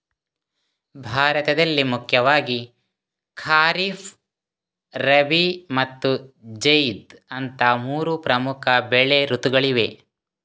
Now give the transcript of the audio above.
ಭಾರತದಲ್ಲಿ ಮುಖ್ಯವಾಗಿ ಖಾರಿಫ್, ರಬಿ ಮತ್ತು ಜೈದ್ ಅಂತ ಮೂರು ಪ್ರಮುಖ ಬೆಳೆ ಋತುಗಳಿವೆ